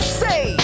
say